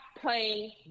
playing